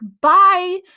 bye